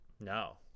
No